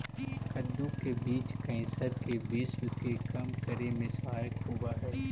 कद्दू के बीज कैंसर के विश्व के कम करे में सहायक होवऽ हइ